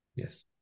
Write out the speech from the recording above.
Yes